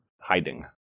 hiding